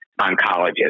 oncologists